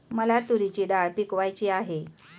मला तूरीची डाळ पिकवायची आहे